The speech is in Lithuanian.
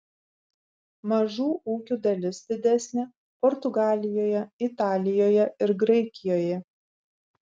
mažų ūkių dalis didesnė portugalijoje italijoje ir graikijoje